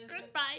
Goodbye